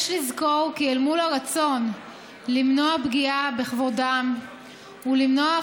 יש לזכור כי אל מול הרצון למנוע פגיעה בכבודם ולמנוע את